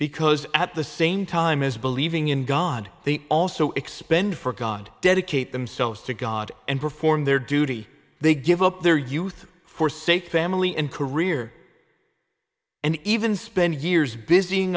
because at the same time as believing in god they also expend for god dedicate themselves to god and perform their duty they give up their youth forsake family and career and even spend years